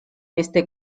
este